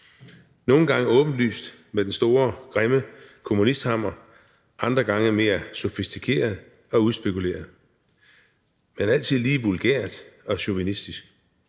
Nogle gange sker det åbenlyst med den store grimme kommunisthammer, andre gange mere sofistikeret og udspekuleret, men altid lige vulgært og chauvinistisk.